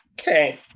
okay